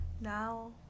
now